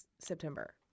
September